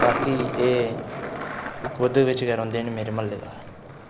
बाकी एह् खुद बिच्च गै रौंह्दे न मेरे म्हल्लेदार